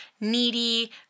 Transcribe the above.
needy